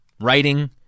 writing